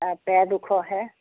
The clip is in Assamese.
আৰু পেট ওখহে